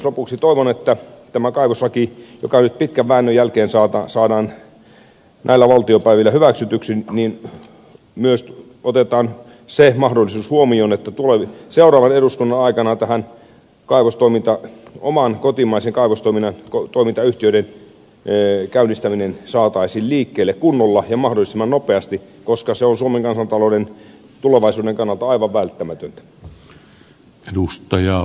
lopuksi toivon että tämän kaivoslain yhteydessä joka nyt pitkän väännön jälkeen saadaan näillä valtiopäivillä hyväksytyksi myös otetaan se mahdollisuus huomioon että seuraavan eduskunnan aikana taran kaivos tuomita oman kotimaisen kaivostoiminnan näiden omien kotimaisten kaivostoimintayhtiöiden käynnistäminen saataisiin liikkeelle kunnolla ja mahdollisimman nopeasti koska se on suomen kansantalouden tulevaisuuden kannalta aivan välttämätöntä